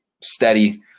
steady